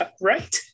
right